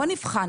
בואו נבחן